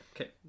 Okay